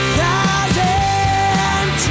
thousand